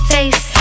Face